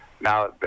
Now